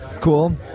Cool